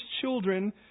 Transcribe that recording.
children